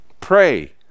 Pray